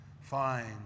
find